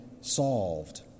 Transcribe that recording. solved